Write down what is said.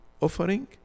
offering